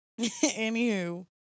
Anywho